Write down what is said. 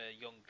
young